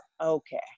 Okay